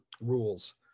rules